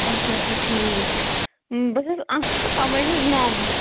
اَچھا اَچھا ٹھیٖک بہٕ چھَس اَمے ہٕنٛز مَم